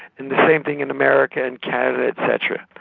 and the same thing in america and canada et cetera.